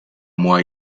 moi